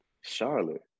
Charlotte